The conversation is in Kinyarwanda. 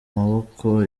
maboko